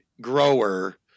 grower